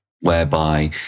whereby